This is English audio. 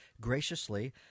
graciously